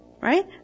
Right